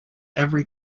every